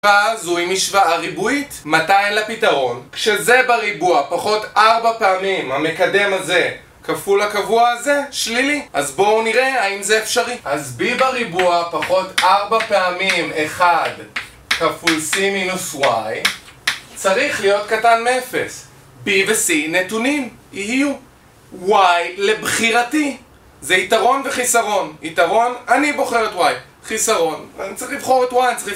אז הוא עם השוואה ריבועית, מתי אין לה פתרון? כשזה בריבוע פחות ארבע פעמים, המקדם הזה, כפול הקבוע הזה, שלילי אז בואו נראה האם זה אפשרי אז b בריבוע פחות ארבע פעמים, 1 כפול c מינוס y צריך להיות קטן מ-0 b וc נתונים יהיו y לבחירתי זה יתרון וחיסרון יתרון, אני בוחר את y חיסרון, אני צריך לבחור את y, אני צריך...